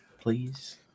please